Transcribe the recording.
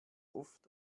oft